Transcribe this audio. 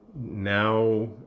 now